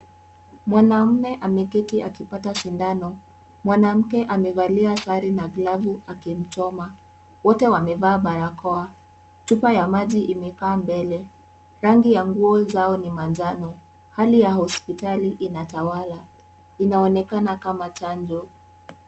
Mwanaume ameketi akipata sindano, mwanamke amevalia sare na glavu akimchoma. Wote wamevaa barakoa. Chupa ya maji imekaa mbele, rangi ya nguo zao ni manjano. Hali ya hospitali inatawala. Inaonekana kama chanjo.